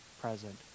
present